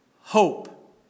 hope